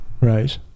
Right